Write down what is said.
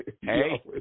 Hey